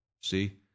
See